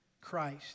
Christ